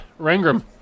Rangram